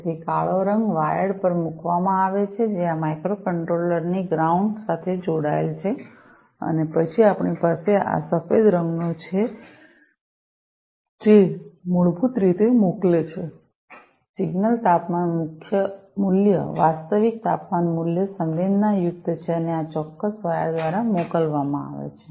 તેથી કાળો રંગ વાયર્ડ પર મૂકવામાં આવે છે જે આ માઇક્રોકન્ટ્રોલર ની ગ્રાઉંડ સાથે જોડાયેલ છે અને પછી આપણી પાસે આ સફેદ રંગનો છે જે મૂળભૂત રીતે મોકલે છે સિગ્નલતાપમાન મૂલ્ય વાસ્તવિક તાપમાન મૂલ્ય સંવેદનાયુક્ત છે અને આ ચોક્કસ વાયર દ્વારા મોકલવામાં આવે છે